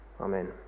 Amen